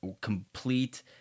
complete